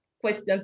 question